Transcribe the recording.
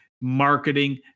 marketing